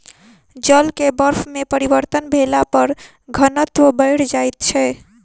जल के बर्फ में परिवर्तन भेला पर घनत्व बैढ़ जाइत छै